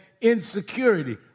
insecurity